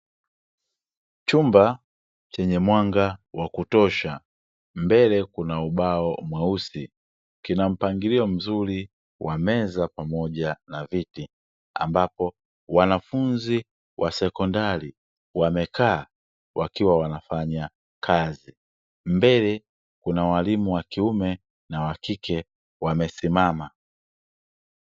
Chumba chenye mwanga wa kutosha, mbele kuna ubao mweusi kina mpangilio mzuri wa meza pamoja na viti ambapo wanafunzi wa sekondari wamekaa wakiwa wanafanya kazi. Mbele kuna walimu wa kiume na wa kike wamesimama.